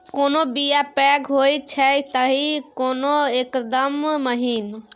कोनो बीया पैघ होई छै तए कोनो एकदम महीन